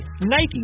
Nike